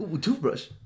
Toothbrush